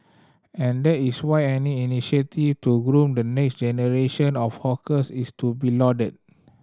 and that is why any initiative to groom the next generation of hawkers is to be lauded